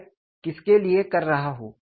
मैं किसके लिए कर रहा हूँ